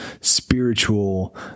spiritual